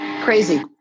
Crazy